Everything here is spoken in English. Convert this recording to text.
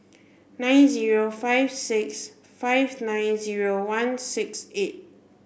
nine zero five six five nine zero one six eight